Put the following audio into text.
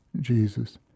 Jesus